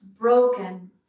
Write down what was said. broken